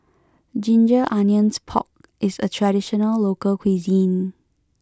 Ginger Onions Pork is a traditional local cuisine